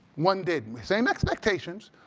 one didn't. same expectations.